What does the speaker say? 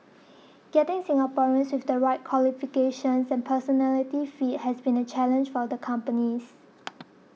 getting Singaporeans with the right qualifications and personality fit has been a challenge for the companies